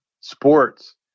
sports